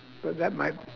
but that might